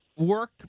work